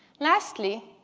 lastly,